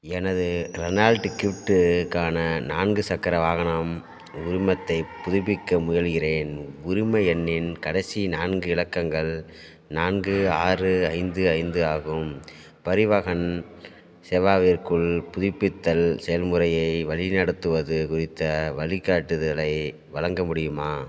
எனது Renault Kwid க்கான நான்கு சக்கர வாகனம் உரிமத்தைப் புதுப்பிக்க முயல்கிறேன் உரிம எண்ணின் கடைசி நான்கு இலக்கங்கள் நான்கு ஆறு ஐந்து ஐந்து ஆகும் பரிவாஹன் சேவாவிற்குள் புதுப்பித்தல் செயல்முறையை வழிநடத்துவது குறித்த வழிகாட்டுதலை வழங்க முடியுமா